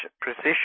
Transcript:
precision